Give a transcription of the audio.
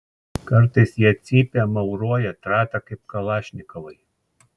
kartais jie cypia mauroja trata kaip kalašnikovai